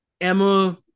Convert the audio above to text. Emma